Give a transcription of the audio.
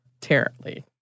Terribly